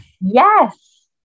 Yes